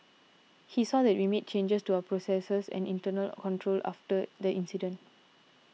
he saw that we made changes to our processes and internal controls after the incident